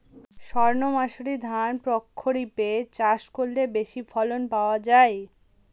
সর্ণমাসুরি ধান প্রক্ষরিপে চাষ করলে বেশি ফলন পাওয়া যায়?